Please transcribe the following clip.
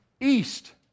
east